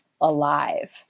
alive